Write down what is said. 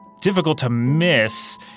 difficult-to-miss